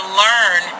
learn